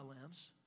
lambs